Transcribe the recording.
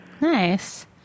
nice